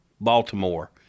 Baltimore